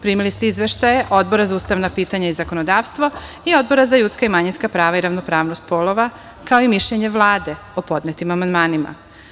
Primili ste izveštaje Odbora za ustavna pitanja i zakonodavstvo i Odbora za ljudska i manjinska prava i ravnopravnost polova, kao i mišljenje Vlade o podnetim amandmanima.